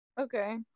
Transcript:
Okay